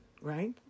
right